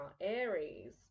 Aries